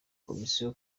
komisiyo